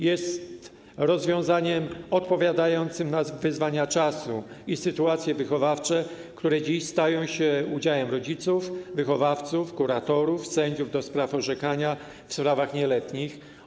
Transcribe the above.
Jest to rozwiązanie odpowiadające na wyzwania czasu i sytuacje wychowawcze, które dziś stają się udziałem rodziców, wychowawców, kuratorów i sędziów do spraw orzekania w sprawach nieletnich.